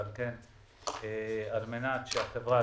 ועל כן על מנת שהחברה